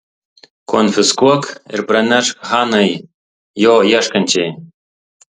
konfiskuok ir pranešk hanai jo ieškančiai